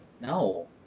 No